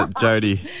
Jody